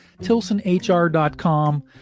tilsonhr.com